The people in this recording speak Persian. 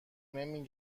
نمی